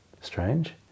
strange